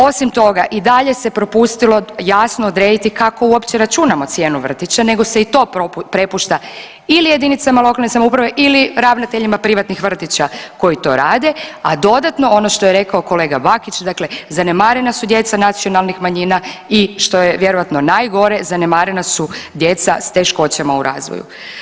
Osim toga i dalje se propustilo jasno odrediti kako uopće računamo cijenu vrtića nego se i to prepušta ili jedinicama lokalne samouprave ili ravnateljima privatnih vrtića koji to rade, a dodatno ono što je rekao kolega Bakić, dakle zanemarena su djeca nacionalnih manjina i što je vjerojatno najgore zanemarena su djeca sa teškoćama u razvoju.